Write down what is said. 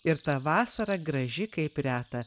ir ta vasara graži kaip reta